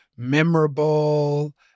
memorable